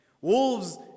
Wolves